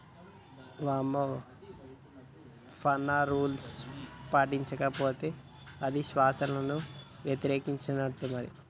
అమ్మో పన్ను రూల్స్ పాటించకపోతే అది శాసనాలను యతిరేకించినట్టే మరి